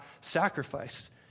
sacrifice